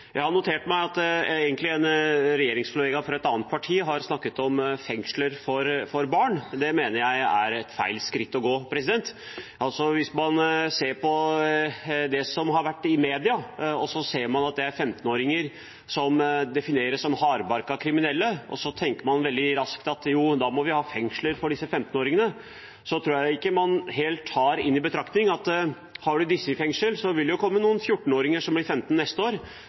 jeg ikke vi kommer utenom å legge inn innsatsen på forebygging, og særlig forebygging blant barn og unge. Jeg har notert meg at en regjeringskollega fra et annet parti har snakket om fengsler for barn. Det mener jeg er et feil skritt å gå. I media ser man at 15-åringer defineres som hardbarkede kriminelle, og så tenker man veldig raskt at da må vi ha fengsler for disse. Da tror jeg ikke man tar i betraktning at har du disse i fengsel, vil det komme noen 14-åringer som blir 15 neste år,